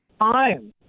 time